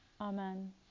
Amen